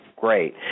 great